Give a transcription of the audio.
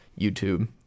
youtube